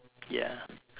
ya